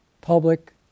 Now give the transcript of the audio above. public